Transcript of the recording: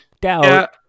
doubt